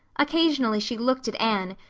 occasionally she looked at anne,